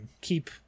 keep